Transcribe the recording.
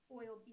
oil